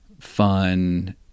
fun